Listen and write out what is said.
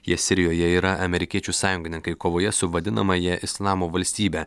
jie sirijoje yra amerikiečių sąjungininkai kovoje su vadinamąja islamo valstybe